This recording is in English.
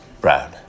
Brown